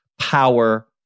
power